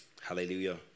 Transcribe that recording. Hallelujah